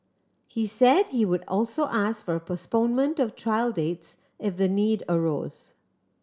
he said he would also ask for a postponement of trial dates if the need arose